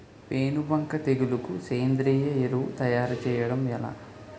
పేను బంక తెగులుకు సేంద్రీయ ఎరువు తయారు చేయడం ఎలా?